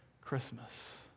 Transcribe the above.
Christmas